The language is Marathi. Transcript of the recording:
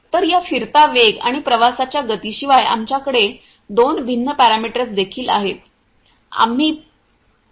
तर या फिरता वेग आणि प्रवासाच्या गतीशिवाय आमच्याकडे दोन भिन्न पॅरामीटर्स देखील आहेत